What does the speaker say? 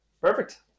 Perfect